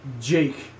Jake